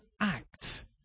act